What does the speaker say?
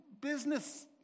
business